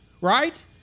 right